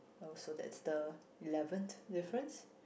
oh so that's the eleventh difference